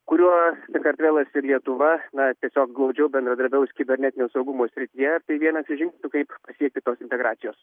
kuriuo sakartvelas ir lietuva na tiesiog glaudžiau bendradarbiaus kibernetinio saugumo srityje tai vienas žingsnių kaip pasiekti tos integracijos